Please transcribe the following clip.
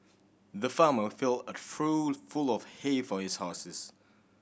the farmer filled a trough full of hay for his horses